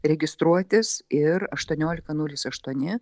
registruotis ir aštuoniolika nulis aštuoni